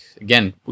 again